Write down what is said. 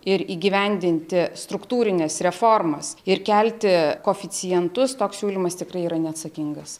ir įgyvendinti struktūrines reformas ir kelti koeficientus toks siūlymas tikrai yra neatsakingas